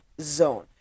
zone